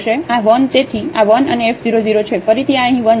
આ 1 તેથી આ 1 અને f 0 0 છે ફરીથી આ અહીં 1 છે